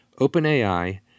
OpenAI